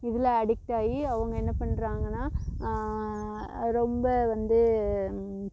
இதில் அடிக்ட் ஆகி அவங்க என்ன பண்ணுறாங்கன்னா ரொம்ப வந்து